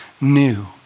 new